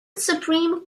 supreme